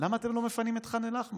למה אתם לא מפנים את ח'אן אל-אחמר?